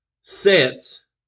sets